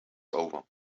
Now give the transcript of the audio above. over